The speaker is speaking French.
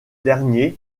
derniers